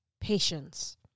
patience